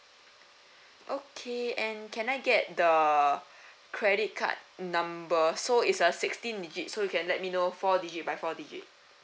okay and can I get the credit card number so it's a sixteen digit so you can let me know four digit by four digit